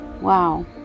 Wow